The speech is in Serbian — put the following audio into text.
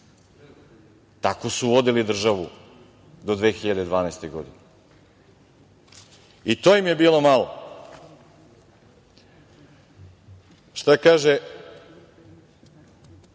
Tako su vodili državu do 2012. godine. I to im je bilo malo. Šta kaže